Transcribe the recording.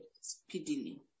speedily